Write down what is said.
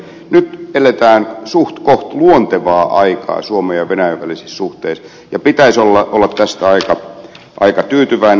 nyt eletään suhtkoht luontevaa aikaa suomen ja venäjän välisissä suhteissa ja pitäisi olla tästä aika tyytyväinen